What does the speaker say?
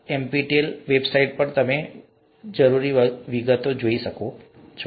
તમે NPTEL website પર વિગતો જોઈ શકો છો